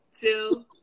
two